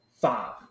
five